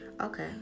Okay